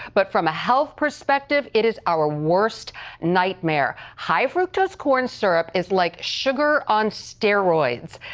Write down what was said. but from a health perspective it is our worst nightmare. high fructose corn syrup is like sugar on steroids.